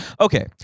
Okay